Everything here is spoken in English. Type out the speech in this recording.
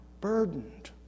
burdened